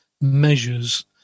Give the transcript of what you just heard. measures